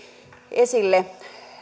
esille